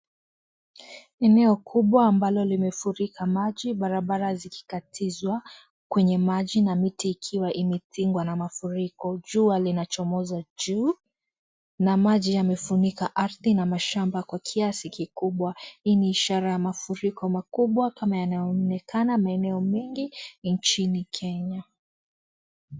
Ni eneo kubwa ambalo limefurika maji, barabara zikikatizwa kwenye maji na miti ikiwa imetingwa na mafuriko. Jua linachomoza juu, na maji yamefunika ardhi na mashamba kwa kiasi kikubwa. Hii ni ishara ya mafuriko makubwa kama yanayoonekana maeneo mengi nchini Kenya.